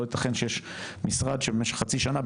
לא יתכן שיש משרד שבמשך חצי שנה,